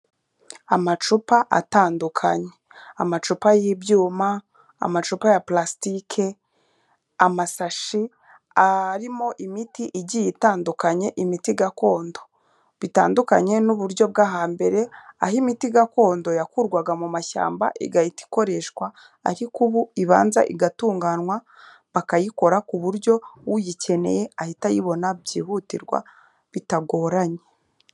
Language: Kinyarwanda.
Amacupa atandukanye, amacupa y'ibyuma, amacupa ya palasitike, amasashi arimo imiti igiye itandukanye imiti gakondo, bitandukanye n'uburyo bwo hambere aho imiti gakondo yakurwaga mu mashyamba igahita ikoreshwa ariko ubu ibanza igatunganywa bakayikora ku buryo uyikeneye ahita ayibona byihutirwa bitagoranye.